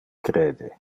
crede